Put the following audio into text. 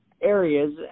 areas